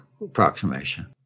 approximation